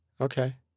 Okay